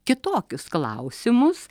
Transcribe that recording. kitokius klausimus